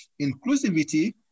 inclusivity